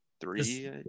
Three